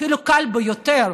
אפילו קל ביותר,